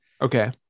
Okay